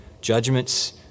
judgments